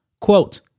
Quote